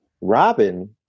Robin